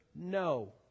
No